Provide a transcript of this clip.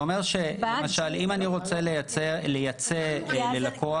זה אומר שאם אני רוצה לייצא ללקוח,